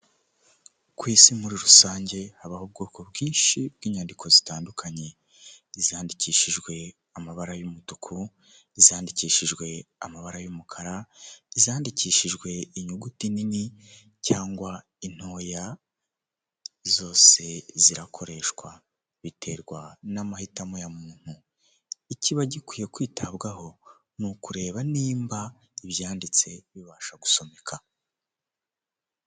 Ku isi muri rusange habaho ubwoko bwinshi bw'inyandiko zitandukanye zandikishijwe amabara y'umutuku, zandikishijwe amabara y'umukara ,zandikishijwe inyuguti nini cyangwa intoya zose zirakoreshwa biterwa n'amahitamo ya muntu ikiba gikwiye kwitabwaho ni ukureba nimba ibyanditse bibasha gusomeka .